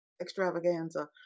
extravaganza